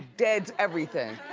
dead everything.